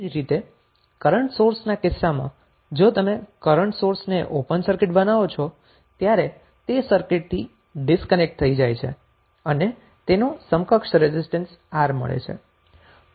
તેવી જ રીતે કરન્ટ સોર્સના કિસ્સામાં જો તમે કરન્ટ સોર્સને ઓપન સર્કિટ બનાવો છો ત્યારે તે સર્કિટ થી તે ડિસકનેક્ટ થઈ જાય છે અને તેનો સમકક્ષ રેઝિસ્ટન્સ R મળે છે